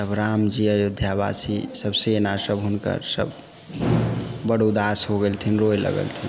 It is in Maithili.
तब रामजी अयोध्या वासी सभ सेना सभ हुनका सभ बड्ड उदास हो गेलथिन रोये लगलथिन